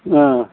ओ